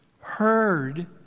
heard